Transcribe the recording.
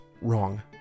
wrong